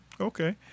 Okay